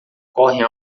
correm